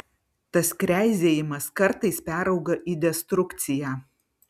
tas kreizėjimas kartais perauga į destrukciją